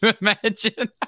imagine